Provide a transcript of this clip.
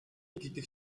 гэдэг